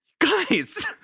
Guys